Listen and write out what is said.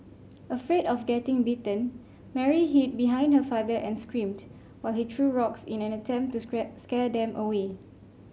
afraid of getting bitten Mary hid behind her father and screamed while he threw rocks in an attempt to scrap scare them away